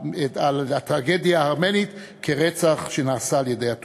הטרגדיה הארמנית כרצח שנעשה על-ידי הטורקים.